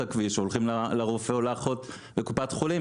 הכביש והולכים לרופא או לאחות בקופת חולים".